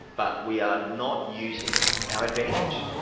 but we are not using our advantage.